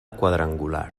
quadrangular